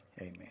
amen